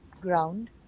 ground